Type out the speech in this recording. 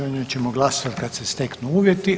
O njoj ćemo glasovati kad se steknu uvjeti.